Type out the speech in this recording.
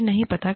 मुझे नहीं पता